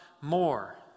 more